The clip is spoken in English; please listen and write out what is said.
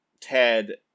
Ted